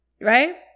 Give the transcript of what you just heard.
right